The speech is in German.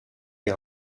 die